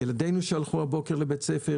ילדינו שהלכו הבוקר לבית ספר,